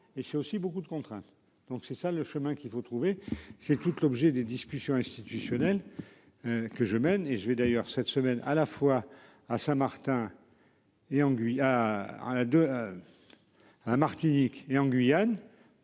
et c'est aussi beaucoup de contraintes. Donc c'est ça le chemin qu'il faut trouver, c'est toute l'objet des discussions institutionnelles. Que je mène et je vais d'ailleurs cette semaine à la fois à Martin. Et en Guyane,